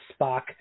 Spock